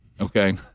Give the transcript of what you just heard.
Okay